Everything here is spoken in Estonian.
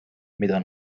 mida